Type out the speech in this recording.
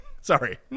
Sorry